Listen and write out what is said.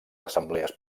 assemblees